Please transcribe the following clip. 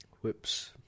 Whoops